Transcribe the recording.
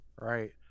right